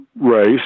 race